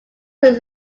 was